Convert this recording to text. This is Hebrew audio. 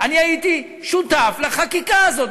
אני הייתי שותף לחקיקה הזאת.